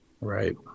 Right